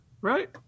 right